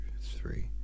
three